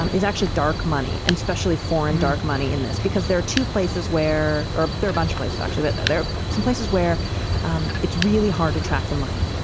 um he's actually dark money and especially foreign dark money in this because there are two places where are there bunch of places, actually, but there are some places where um it's really hard to track the money.